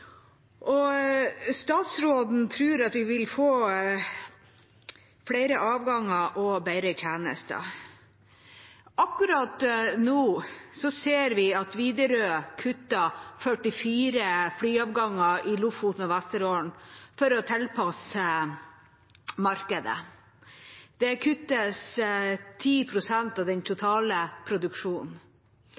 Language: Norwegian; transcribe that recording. Statsråden tror at vi vil få flere avganger og bedre tjenester. Akkurat nå ser vi at Widerøe kutter 44 flyavganger i Lofoten og Vesterålen for å tilpasse seg markedet. Det kuttes 10 pst. av den totale produksjonen.